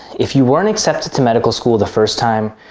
if you weren't accepted to medical school the first time,